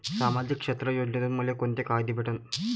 सामाजिक क्षेत्र योजनेतून मले कोंते फायदे भेटन?